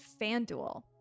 fanduel